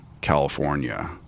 california